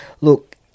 look